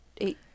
eight